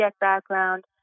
background